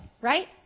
right